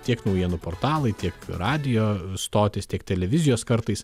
tiek naujienų portalai tiek radijo stotys tiek televizijos kartais